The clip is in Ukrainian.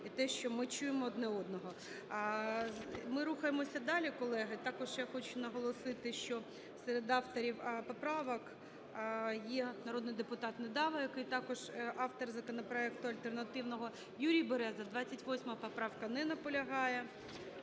І те, що ми чуємо одне одного. Ми рухаємося далі, колеги. Також я хочу наголосити, що серед авторів поправок є народний депутат Недава, який також автор законопроекту альтернативного. Юрій Береза, 28 поправка. Не наполягає,